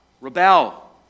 Rebel